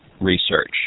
research